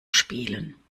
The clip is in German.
spielen